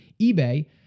eBay